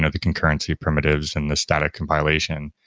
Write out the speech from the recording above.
ah the concurrency primitives and the static compilation.